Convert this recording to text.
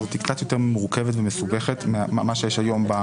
הזאת היא קצת יותר מורכבת ומסובכת ממה שיש היום.